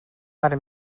per